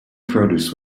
produce